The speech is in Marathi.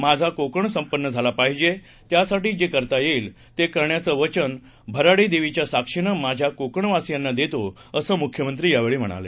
माझा कोकण संपन्न झाला पाहिजे त्यासाठी जे करता येईल ते करण्याचं वचन भराडी देवीच्या साक्षीनं माझ्या कोकणवासियांना देतो असं मुख्यमंत्री यावेळी म्हणाले